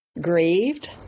Grieved